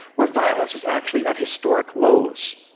where violence is actually at historic lows.